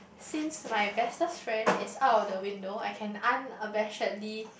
since my bestest friend is out of the window I can unabashedly